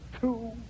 Two